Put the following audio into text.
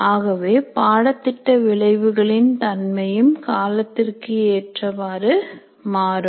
ஆகவே பாடத்திட்ட விளைவுகளின் தன்மையும் காலத்திற்கு ஏற்றவாறு மாறும்